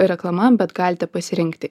reklama bet galite pasirinkti